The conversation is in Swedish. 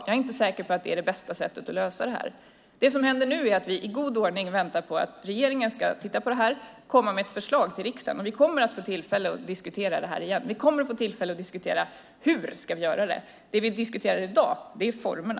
Jag är inte säker på att det är det bästa sättet att lösa det här. Det som händer nu är att vi i god ordning väntar på att regeringen ska titta på det här och komma med ett förslag till riksdagen. Och vi kommer att få tillfälle att diskutera det här igen. Det vi diskuterar i dag är formerna.